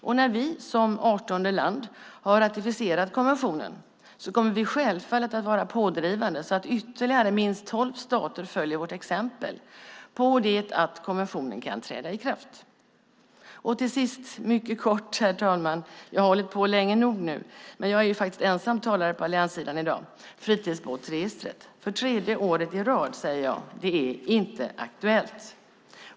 När Sverige som 18:e land har ratificerat konventionen kommer vi självfallet att vara pådrivande så att ytterligare minst tolv stater följer vårt exempel på det att konventionen sedan kan träda i kraft. Herr talman! Till sist vill jag bara mycket kort - jag har ju talat länge nog nu, men jag är ensam talare på allianssidan här i dag - nämna fritidsbåtsregistret. Tredje året i rad säger jag: Det är inte aktuellt.